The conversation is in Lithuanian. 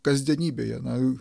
kasdienybėje na